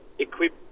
Equip